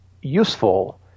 useful